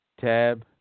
TAB